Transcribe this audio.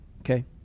Okay